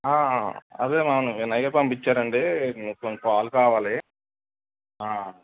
అదే నన్ను వినయ్ గారు పంపించారండి మీకు కొన్ని పాలు కావాలి